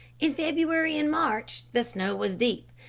in february and march the snow was deep,